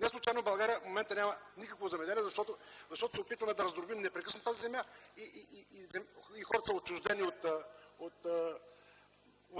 Неслучайно в България в момента няма никакво земеделие, защото се опитваме да раздробим непрекъснато тази земя и хората са отчуждени от